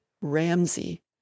Ramsey